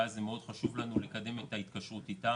ולכן זה מאוד חשוב לנו לקדם את ההתקשרות איתם.